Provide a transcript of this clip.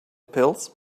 pills